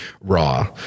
raw